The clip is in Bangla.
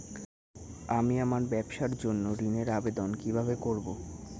আমি আমার ব্যবসার জন্য ঋণ এর আবেদন কিভাবে করব?